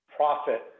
profit